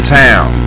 town